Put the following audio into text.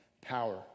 power